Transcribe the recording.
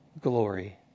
glory